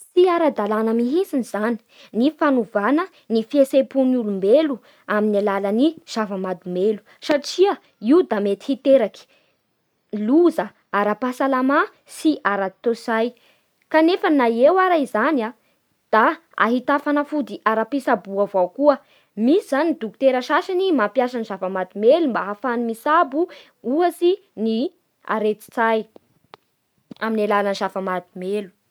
Tsy ara-dalàna mihintsiny zany ny fanovana ny fihetse-pon'olombelo amin'ny alalan'ny zava-mahadomelo. Satria io da mety hiteraky loza ara-pahasalama sy ara-toetsay. Kanefa na eo ary izany da ahita fanafody ara-pitsaboa avao koa. Misy zany ny dokotera sasany mampiasa zava-mahadomelo mba ahafahany mitsabo ohatsy ny areti-tsay amin'ny alalan'ny zava-mahadomelo.